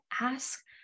ask